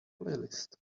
playlist